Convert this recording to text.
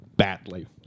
Badly